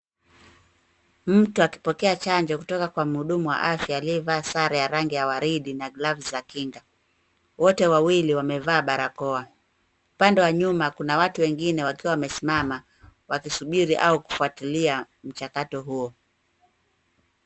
Mtu akipokea chanjo kutoka kwa mhudumu wa afya aliyevaa sare ya rangi ya waridi na glavu za kinga. Wote wawili wamevaa barakoa. Pande wa nyuma kuna watu wengine wakiwa wamesimama wakisubiri au kufuatilia mchakato huo.